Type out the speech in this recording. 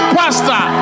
pastor